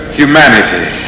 humanity